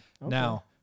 Now